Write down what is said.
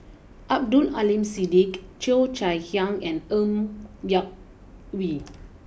Abdul Aleem Siddique Cheo Chai Hiang and Ng Yak Whee